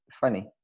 funny